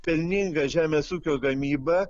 pelninga žemės ūkio gamyba